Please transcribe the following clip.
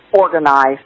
organized